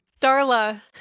Darla